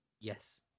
yes